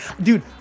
Dude